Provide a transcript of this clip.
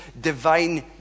divine